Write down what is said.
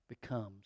becomes